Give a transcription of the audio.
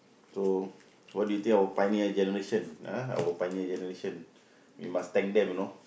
so what do you think of our pioneer generation ah our pioneer generation we must thank them you know